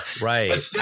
right